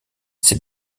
ses